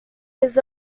his